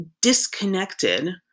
disconnected